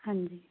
ਹਾਂਜੀ